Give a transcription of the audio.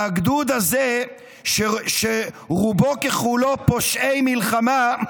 והגדוד הזה, שרובו ככולו פושעי מלחמה,